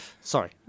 Sorry